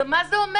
גם מה זה אומר?